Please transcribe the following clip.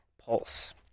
Pulse